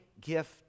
gift